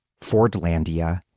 Fordlandia